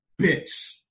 bitch